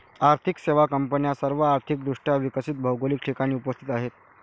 आर्थिक सेवा कंपन्या सर्व आर्थिक दृष्ट्या विकसित भौगोलिक ठिकाणी उपस्थित आहेत